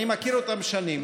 אני מכיר אותם שנים.